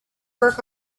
work